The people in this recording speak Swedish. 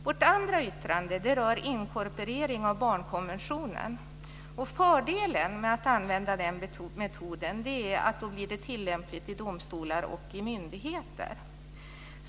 Vårt andra yttrande rör inkorporering av barnkonventionen. Fördelen med att använda den metoden är att det blir tillämpligt i domstolar och myndigheter.